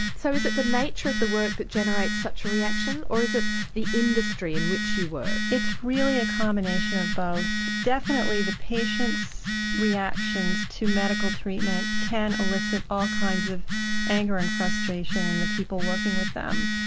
so is it the nature of the work that generates such reaction, or is it the industry in which you work? it's really a combination of both. definitely the patients' reactions to medical treatment can elicit all kinds of anger and frustration in the people working with them.